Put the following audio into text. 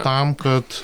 tam kad